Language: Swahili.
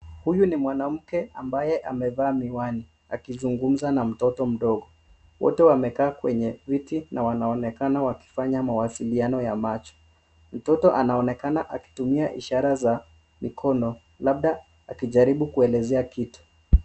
Huyu ni mwanamke ambaye amevaa miwani akizugumza na mtoto mdogo. Wote wamekaa kwenye viti na wanaonekana wakifanya mawasiliano ya macho. Mtoto anaonekana akitumia ishara za mikono labda akijaribu kuelezea kitu.